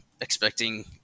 expecting